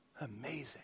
amazing